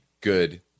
good